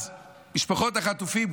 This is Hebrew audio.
אז משפחות החטופים,